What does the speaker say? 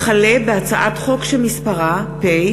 הצעת חוק ההתגוננות האזרחית (תיקון,